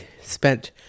spent